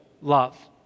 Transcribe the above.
love